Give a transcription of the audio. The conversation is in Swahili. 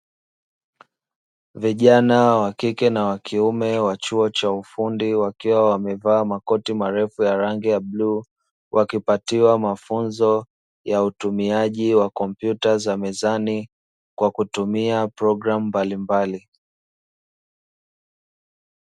Vijana wa kike na wa kiume wa chuo cha ufundi, wakiwa wamevaa makoti marefu ya rangi ya bluu, wakipatiwa mafunzo ya utumiaji wa kompyuta za mezani kwa kutumia programu mbalimbali.